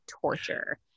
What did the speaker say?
torture